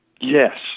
Yes